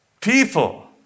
People